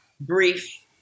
brief